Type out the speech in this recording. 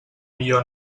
millor